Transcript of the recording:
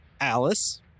Alice